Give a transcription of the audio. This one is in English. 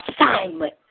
assignment